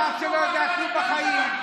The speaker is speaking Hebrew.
עוד אחד שלא יודע כלום בחיים.